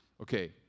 Okay